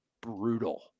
brutal